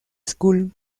school